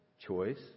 choice